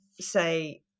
say